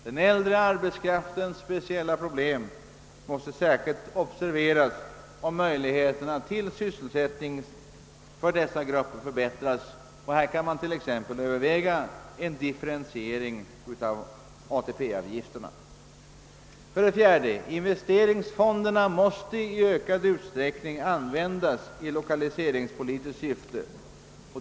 Den äldre arbetskraftens speciella problem måste särskilt observeras och möjligheterna till sysselsättning för dessa grupper förbättras, t.ex. genom en differentiering av ATP-avgifterna. 4. Investeringsfonderna måste i ökad utsträckning användas i lokaliseringspolitiskt syfte.